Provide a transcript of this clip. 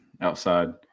outside